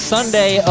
Sunday